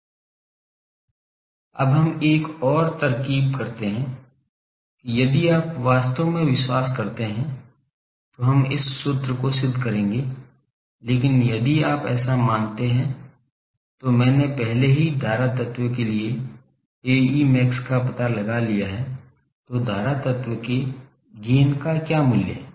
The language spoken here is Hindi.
अब हम एक और तरकीब करते हैं कि यदि आप वास्तव में विश्वास करते हैं तो हम इस सूत्र को सिद्ध करेंगे लेकिन यदि आप ऐसा मानते हैं तो मैंने पहले ही धारा तत्व के लिए Ae max का पता लगा लिया है तो धारा तत्व के गैन का क्या मूल्य है